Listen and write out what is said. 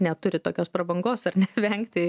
neturi tokios prabangos ar ne vengti